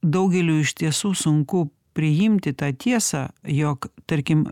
daugeliui iš tiesų sunku priimti tą tiesą jog tarkim